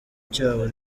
cyabo